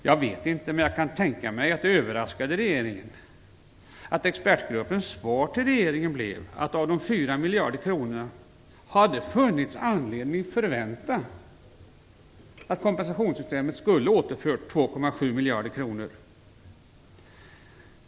Jag vet inte, men jag kan tänka mig att det överraskade regeringen att expertgruppens svar till regeringen blev att av de 4 miljarder kronorna hade funnits anledning förvänta att kompensationssystemet skulle återföra 2,7 miljarder kronor.